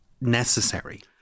necessary